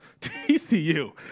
TCU